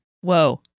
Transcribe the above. Whoa